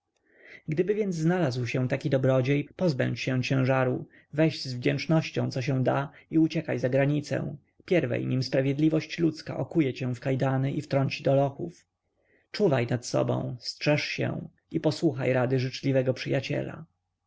gdyby więc znalazł się taki dobrodziej pozbędź się ciężaru weź z wdzięcznością co się da i uciekaj za granicę pierwej nim sprawiedliwość ludzka okuje cię w kajdany i wtrąci do lochów czuwaj nad sobą strzeż się i posłuchaj rady życzliwego przyjaciela